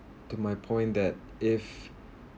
to my point that if